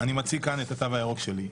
אני מציג כאן את התו הירוק שלי,